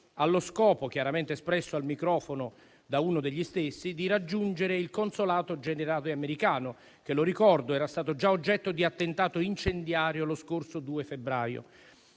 allo scopo, chiaramente espresso al microfono da uno degli stessi, di raggiungere il consolato generale americano, che - lo ricordo - era stato già oggetto di attentato incendiario lo scorso 2 febbraio;